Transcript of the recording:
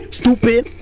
stupid